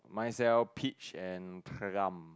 mine sell peach and plum